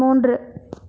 மூன்று